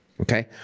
okay